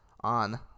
on